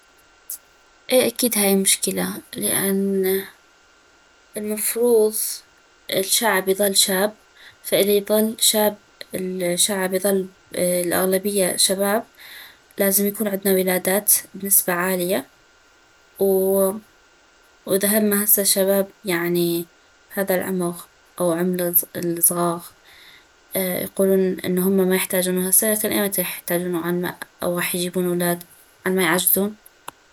اي اكيد هاي مشكلة لان المفروظ الشعب يظل شاب فاذا يظل شاب الشعب يظل الاغلبية شباب لازم يكون عدنا ولادات بنسبة عالية واذا هما هسه شباب يعني هذا العمغ او عمغ الزغاغ يقولون انو هما ما يحتاجونو هسه لكن ايمتا علما وغاح يجيبون ولاد علما يعجزون